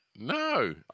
No